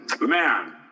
man